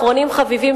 אחרונים חביבים,